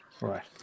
right